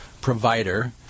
provider